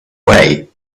way